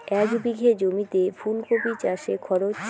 এক বিঘে জমিতে ফুলকপি চাষে খরচ?